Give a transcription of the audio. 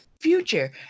future